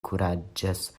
kuraĝas